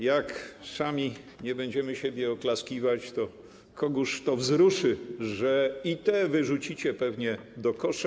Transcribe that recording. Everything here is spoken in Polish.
Jak sami nie będziemy siebie oklaskiwać, to kogóż to wzruszy, że i te wyrzucicie pewnie do kosza?